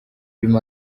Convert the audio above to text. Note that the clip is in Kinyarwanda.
birimo